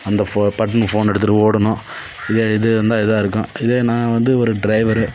அந்த பட்டனு ஃபோனை எடுத்துட்டு ஓடணும் இதே இது இருந்தால் இதுவாகருக்கும் இதே நான் வந்து ஒரு டிரைவரு